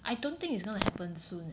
I don't think it's gonna happen soon